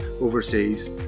overseas